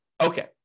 Okay